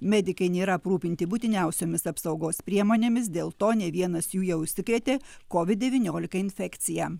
medikai nėra aprūpinti būtiniausiomis apsaugos priemonėmis dėl to ne vienas jų jau užsikrėtė covid devyniolika infekcija